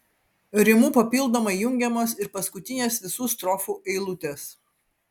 rimu papildomai jungiamos ir paskutinės visų strofų eilutės